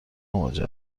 مواجه